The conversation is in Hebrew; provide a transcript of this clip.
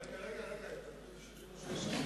רגע, רגע, ההתנגדות שלי,